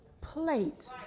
plate